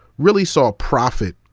really saw profit,